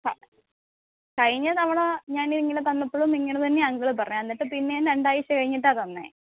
ക കഴിഞ്ഞ തവണ ഞാൻ ഇതിങ്ങനെ തന്നപ്പോളും ഇങ്ങനെ തന്നെയാണ് അങ്കിൾ പറഞ്ഞത് എന്നിട്ട് പിന്നെയും രണ്ടാഴ്ച കഴിഞ്ഞിട്ടാണ് തന്നത്